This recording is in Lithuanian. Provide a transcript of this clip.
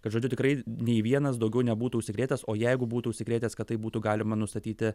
tad žodžiu tikrai nei vienas daugiau nebūtų užsikrėtęs o jeigu būtų užsikrėtęs kad tai būtų galima nustatyti